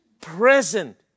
present